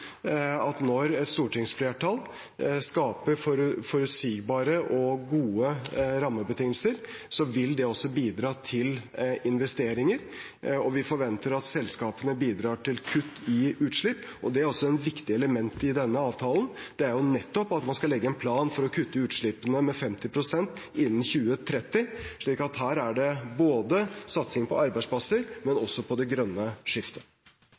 at når et stortingsflertall skaper forutsigbare og gode rammebetingelser, vil det også bidra til investeringer, og vi forventer at selskapene bidrar til kutt i utslipp. Et viktig element i denne avtalen er da også at man skal legge en plan for å kutte utslippene med 50 pst. innen 2030, slik at her er det satsing både på arbeidsplasser og på det grønne skiftet.